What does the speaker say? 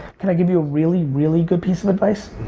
can i give you a really, really good piece of advice?